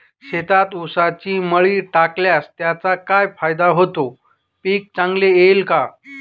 शेतात ऊसाची मळी टाकल्यास त्याचा काय फायदा होतो, पीक चांगले येईल का?